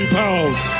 pounds